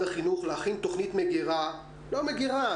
החינוך להכין תוכנית מגירה לא מגירה,